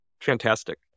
fantastic